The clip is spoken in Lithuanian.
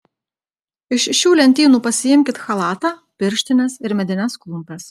iš šių lentynų pasiimkit chalatą pirštines ir medines klumpes